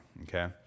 Okay